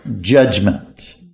judgment